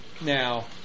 now